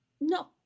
No